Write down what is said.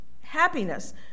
happiness